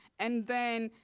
and then,